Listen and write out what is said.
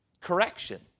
correction